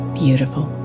beautiful